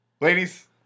Ladies